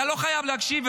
אתה לא חייב להקשיב,